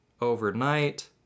Overnight